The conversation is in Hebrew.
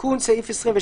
תיקון סעיף 22,